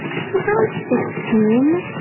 i think around sixteen,